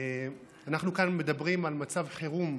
אנחנו מדברים כאן על מצב חירום,